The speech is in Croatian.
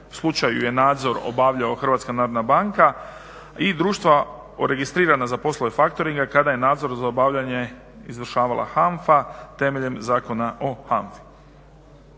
slučaju je nadzor obavljao Hrvatska narodna banka i društva registrirana za poslove factoringa kada je nadzor za obavljanje izvršavala HANFA temeljem Zakona o HANFA-i.